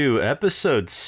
episode